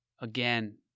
Again